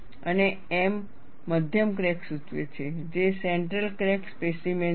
અને M મધ્ય crack સૂચવે છે જે સેન્ટ્રલ ક્રેક સ્પેસીમેન છે